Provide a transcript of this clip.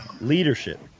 Leadership